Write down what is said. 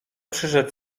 przyszedł